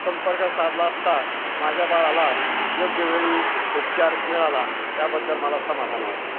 संपर्क साधला असता माझ्या बाळाला योग्यवेळी उपचार मिळाला त्याबद्दल मला समाधान वाटले